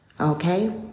okay